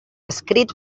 escrit